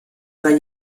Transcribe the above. über